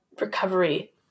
recovery